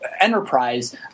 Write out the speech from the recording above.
Enterprise